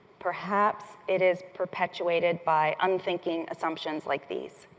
perhaps it is perpetuated by unthinking assumptions like these,